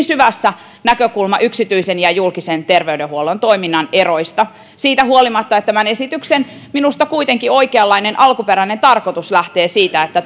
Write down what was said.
syvässä näkökulma yksityisen ja julkisen terveydenhuollon toiminnan eroista siitä huolimatta että minusta kuitenkin tämän esityksen oikeanlainen alkuperäinen tarkoitus lähtee siitä että